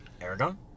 Aragon